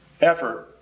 effort